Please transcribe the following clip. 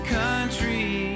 country